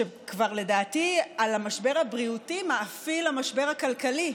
כבר לדעתי על המשבר הבריאותי מאפיל המשבר הכלכלי,